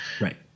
Right